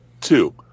Two